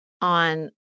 on